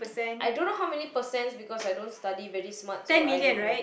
I don't know how many percent because I don't study very smart so I don't know